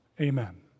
Amen